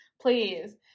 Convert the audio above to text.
please